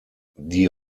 die